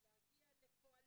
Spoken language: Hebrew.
להגיע לקואליציה,